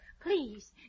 Please